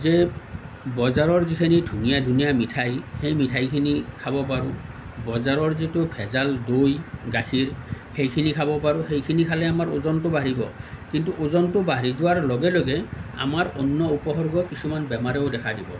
যে বজাৰৰ যিখিনি ধুনীয়া ধুনীয়া মিঠাই সেই মিঠাইখিনি খাব পাৰোঁ বজাৰৰ যিটো ভেজাল দৈ গাখীৰ সেইখিনি খাব পাৰোঁ সেইখিনি খালে আমাৰ ওজনটো বাঢ়িব কিন্তু ওজনটো বাঢ়ি যোৱাৰ লগে লগে আমাৰ অন্য উপসৰ্গ কিছুমান বেমাৰেও দেখা দিব